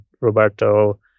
roberto